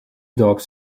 dogs